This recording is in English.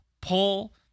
pull